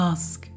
Ask